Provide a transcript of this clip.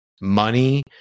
money